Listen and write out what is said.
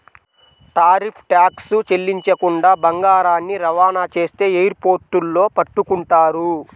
tariff tax చెల్లించకుండా బంగారాన్ని రవాణా చేస్తే ఎయిర్ పోర్టుల్లో పట్టుకుంటారు